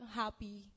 happy